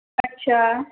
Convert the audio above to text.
ਅੱਛਾ